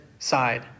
Side